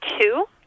two